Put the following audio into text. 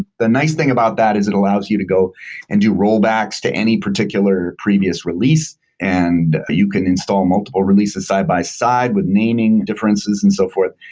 the nice thing about that is it allows you to go and do rollbacks to any particular previous release and you can install multiple releases side-by-side with naming, differences and so forth.